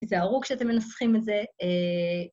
תיזהרו כשאתם מנסחים את זה.